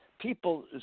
people